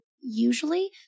usually